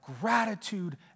gratitude